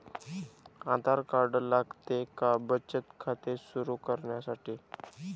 आधार card लागते का बचत खाते सुरू करण्यासाठी?